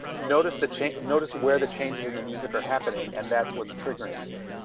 notice the change. notice where the changes in the music are happening. and that's what's triggering you